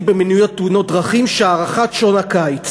במניעת תאונות דרכים היא שהארכת שעון הקיץ